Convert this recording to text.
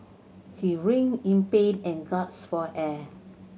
he writhed in pain and gasped for air